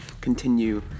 continue